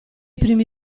primi